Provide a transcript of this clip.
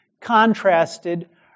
contrasted